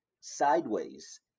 sideways